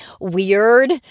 weird